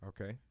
Okay